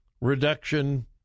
Reduction